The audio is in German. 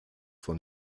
von